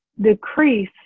decrease